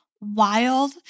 wild